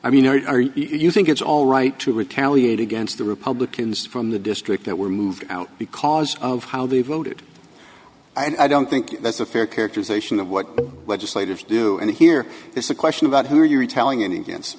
i mean you think it's all right to retaliate against the republicans from the district that were moved out because of how they voted i don't think that's a fair characterization of what legislative to do and here it's a question about who are you telling any against